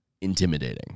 intimidating